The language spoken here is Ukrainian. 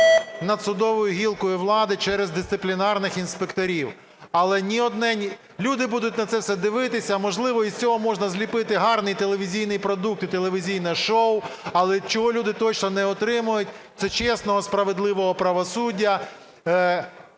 над судовою гілкою влади через дисциплінарних інспекторів. Але ні одне, ні... Люди будуть на це все дивитися, а, можливо, із цього можна зліпити гарний телевізійний продукт і телевізійне шоу, але чого люди точно не отримають, це чесного, справедливого правосуддя,